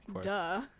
duh